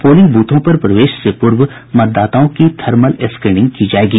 polling ब्रथों पर प्रवेश से पूर्व मतदाताओं की थर्मल स्क्रीनिंग की जायेगी